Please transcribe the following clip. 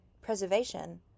Preservation